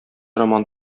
роман